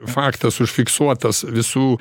faktas užfiksuotas visų